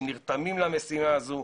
שנרתמים למשימה הזאת.